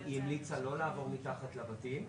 41 חלופות לתוואי,